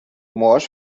morsch